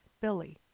Billy